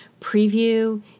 preview